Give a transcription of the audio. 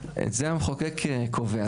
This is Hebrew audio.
את זה המחוקק קובע.